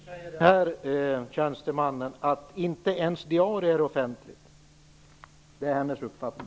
Herr talman! Den här tjänstemannen säger att inte ens diarier är offentliga. Det är hennes uppfattning.